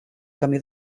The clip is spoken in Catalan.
camí